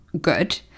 good